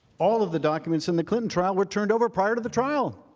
all of the documents in the clinton trial were turned over prior to the trial,